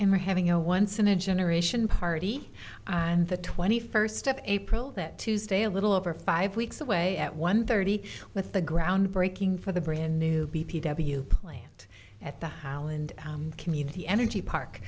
and we're having a once in a generation party and the twenty first step april that tuesday a little over five weeks away at one thirty with the groundbreaking for the brand new b p w plant at the howland community energy park